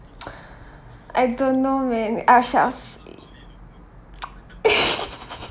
I don't know man I shall see